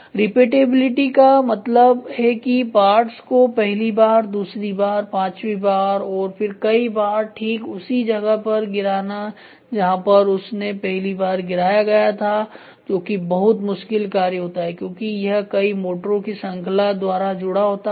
repeatability का मतलब है कि पार्ट्स को पहली बार दूसरी बार पांचवी बार और फिर कई बार ठीक उसी जगह पर गिराना जहां पर उसने पहली बार गिराया था जो कि बहुत मुश्किल कार्य होता है क्योंकि यह कई मोटरों की श्रंखला द्वारा जुड़ा होता है